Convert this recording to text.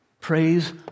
Praise